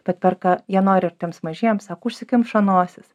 bet perka jie nori ir tiems mažiems užsikimšo nosis